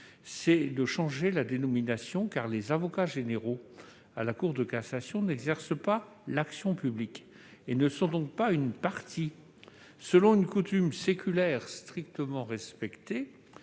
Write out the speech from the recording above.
souhaitait changer la dénomination des avocats généraux à la Cour de cassation, qui n'exercent pas l'action publique et ne sont soumis, selon une coutume séculaire strictement respectée,